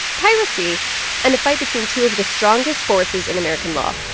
piracy and a fight between two of the strongest forces in american law